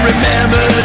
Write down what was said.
Remember